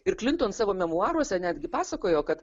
ir klinton savo memuaruose netgi pasakojo kad